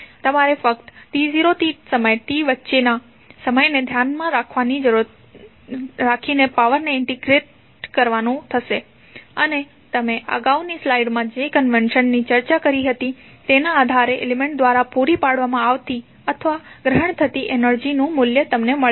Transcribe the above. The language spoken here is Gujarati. તમારે ફક્ત t0 થી સમય t વચ્ચેના સમયને ધ્યાનમાં રાખીને પાવર ને ઇન્ટિગ્રેટ કરવાનુ થશે અને તમને અગાઉની સ્લાઇડમાં જે કન્વેનશન ની ચર્ચા કરી હતી તેના આધારે એલિમેન્ટ દ્વારા પૂરી પાડવામાં આવતી અથવા ગ્રહણ થતી એનર્જીનું મૂલ્ય તમને મળશે